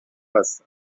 هستن